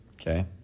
okay